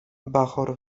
bachor